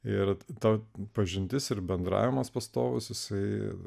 ir tad pažintis ir bendravimas pastovus jisai